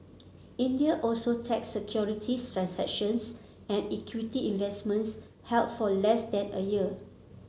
India also tax securities transactions and equity investments held for less than a year